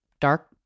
dark